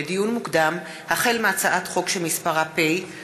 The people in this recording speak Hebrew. לדיון מוקדם: החל בהצעת חוק פ/4701/20